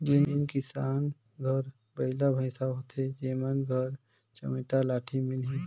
जेन किसान घर बइला भइसा होथे तेमन घर चमेटा लाठी मिलही